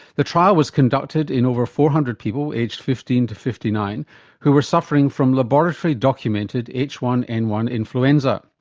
the trial was conducted in over four hundred people aged fifteen to fifty nine who were suffering from laboratory documented h one n one influenza.